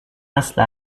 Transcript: اصل